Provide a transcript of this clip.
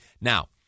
Now